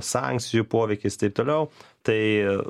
sankcijų poveikis taip toliau tai